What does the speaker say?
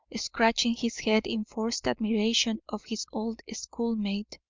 scratching his head in forced admiration of his old schoolmate.